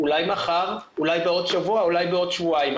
אולי מחר, אולי בעוד שבוע או עוד שבועיים.